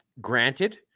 granted